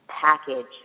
package